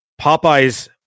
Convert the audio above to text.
Popeyes